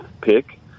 pick